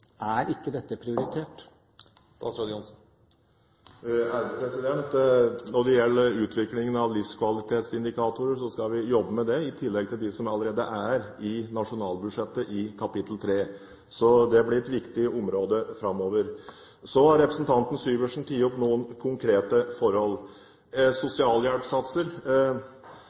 Er ikke dette prioritert? Når det gjelder utviklingen av livskvalitetsindikatorer, skal vi jobbe med det, i tillegg til dem som allerede er i nasjonalbudsjettet, i kapittel 3. Det blir et viktig område framover. Representanten Syversen har tatt opp noen konkrete forhold. Til sosialhjelpssatser: